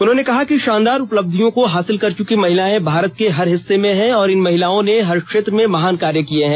उन्होंने कहा कि शानदार उपलब्धियों को हासिल कर चुकी महिलाएं भारत के हर हिस्से में हैं और इन महिलाओँ ने हर क्षेत्र में महान कार्य किए हैं